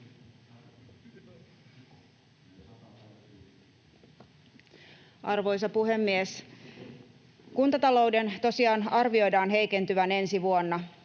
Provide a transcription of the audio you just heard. Arvoisa puhemies! Kuntatalouden tosiaan arvioidaan heikentyvän ensi vuonna.